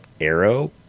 arrow